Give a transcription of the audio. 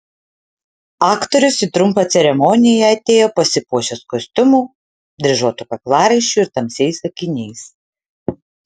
aktorius į trumpą ceremoniją atėjo pasipuošęs kostiumu dryžuotu kaklaraiščiu ir tamsiais akiniais